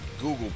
Google